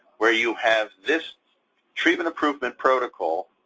where you have this treatment approved in protocol,